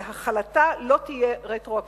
והחלתה לא תהיה רטרואקטיבית.